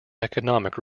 economic